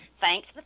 Thanks